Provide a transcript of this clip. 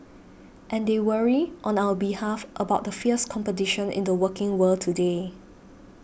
and they worry on our behalf about the fierce competition in the working world today